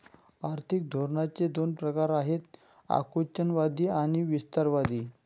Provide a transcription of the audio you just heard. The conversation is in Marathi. आर्थिक धोरणांचे दोन प्रकार आहेत आकुंचनवादी आणि विस्तारवादी